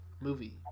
movie